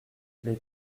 les